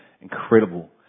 incredible